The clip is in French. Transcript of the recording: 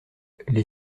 les